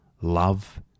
love